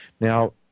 Now